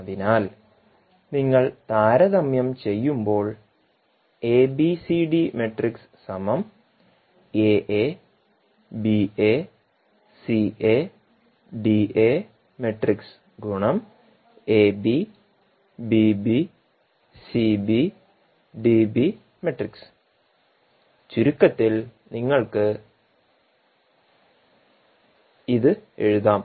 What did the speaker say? അതിനാൽ നിങ്ങൾ താരതമ്യം ചെയ്യുമ്പോൾ ചുരുക്കത്തിൽ നിങ്ങൾക്ക് ത് എഴുതാം